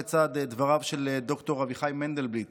הזכרת כיצד דבריו של ד"ר אביחי מנדלבליט